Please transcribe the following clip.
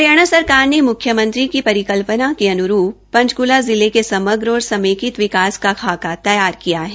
हरियाणा सरकार ने मुख्यमंत्री की परिकल्पना के अनुरूप पंचकला जिले के समय और समेकित विकास का खाका तैयार किया है